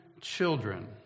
children